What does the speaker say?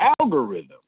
algorithm